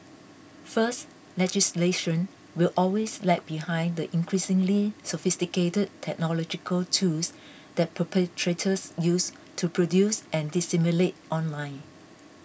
first legislation will always lag behind the increasingly sophisticated technological tools that perpetrators use to produce and disseminate online